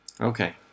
okay